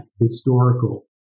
historical